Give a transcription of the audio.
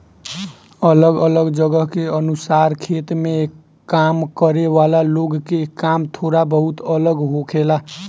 अलग अलग जगह के अनुसार खेत में काम करे वाला लोग के काम थोड़ा बहुत अलग होखेला